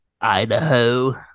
Idaho